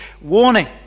warning